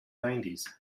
nineties